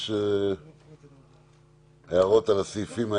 יש הערות על הסעיפים האלה?